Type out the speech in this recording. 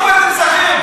מה זאת אומרת אצלכם?